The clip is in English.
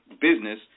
business